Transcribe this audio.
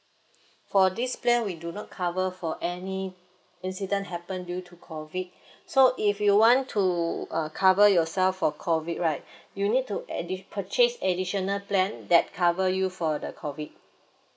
for this plan we do not cover for any incident happen due to COVID so if you want to uh cover yourself for COVID right you need to addi~ purchase additional plan that cover you for the COVID